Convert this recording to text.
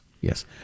Yes